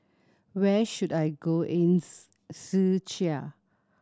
where should I go in Czechia